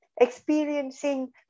Experiencing